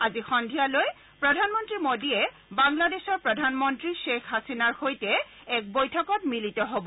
আজি সন্ধিয়ালৈ প্ৰধানমন্তী মোডীয়ে বাংলাদেশৰ প্ৰধানমন্তী শ্বেখ হাছিনাৰ সৈতে এক বৈঠকত মিলিত হ'ব